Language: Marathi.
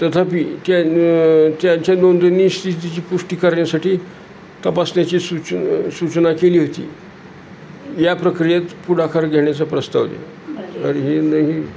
तथापि त्या त्यांच्या नोंदणी स्थितीची पुष्टी करण्यासाठी तपासण्याची सूच सूचना केली होती या प्रक्रियेत पुढाकार घेण्याचा प्रस्ताव आणि हे न हे